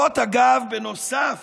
אגב, זאת נוסף